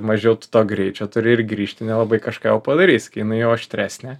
mažiau tu to greičio turi ir grįžti nelabai kažką jau padarysi kai jinai jau aštresnė